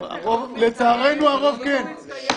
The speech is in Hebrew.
לצערנו הרוב כן מפסיק.